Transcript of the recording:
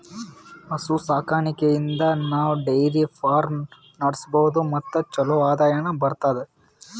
ಹಸು ಸಾಕಾಣಿಕೆಯಿಂದ್ ನಾವ್ ಡೈರಿ ಫಾರ್ಮ್ ನಡ್ಸಬಹುದ್ ಮತ್ ಚಲೋ ಆದಾಯನು ಬರ್ತದಾ